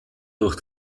durch